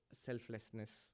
selflessness